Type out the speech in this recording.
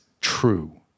true